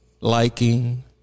liking